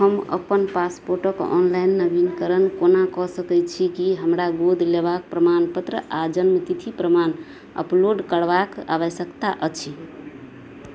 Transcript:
हम अपन पासपोर्टक ऑनलाइन नवीनकरण कोना कऽ सकय छी की हमरा गोद लेबाक प्रमाणपत्र आओर जन्मतिथि प्रमाण अपलोड करबाक आवश्यकता अछि